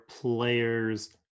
players